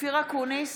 אופיר אקוניס,